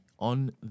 On